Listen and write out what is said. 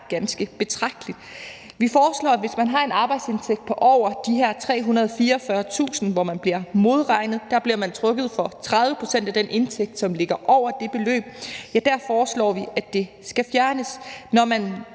ganske betragteligt. Vi foreslår, at hvis man har en arbejdsindtægt på over de her 344.000, hvor man bliver modregnet, bliver man trukket for 30 pct. af den indtægt, som ligger over det beløb, og der foreslår vi, at det skal fjernes. Når man